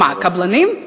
הקבלנים?